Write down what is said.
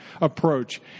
approach